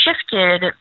shifted